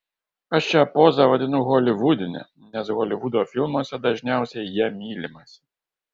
aš šią pozą vadinu holivudine nes holivudo filmuose dažniausiai ja mylimasi